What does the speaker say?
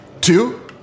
Two